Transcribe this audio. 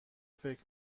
فکر